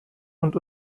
und